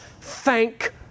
Thank